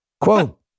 Quote